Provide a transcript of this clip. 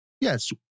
yes